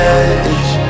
edge